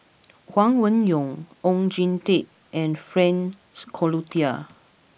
Huang Wenhong Oon Jin Teik and Frank Cloutier